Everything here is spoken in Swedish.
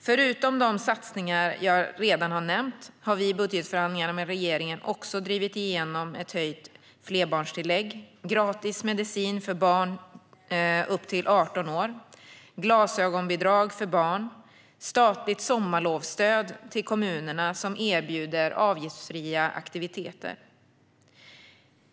Förutom de satsningar jag redan nämnt har vi i budgetförhandlingarna med regeringen också drivit igenom ett höjt flerbarnstillägg, gratis medicin för barn upp till 18 år, glasögonbidrag för barn och statligt sommarlovsstöd till kommuner som erbjuder avgiftsfria aktiviteter.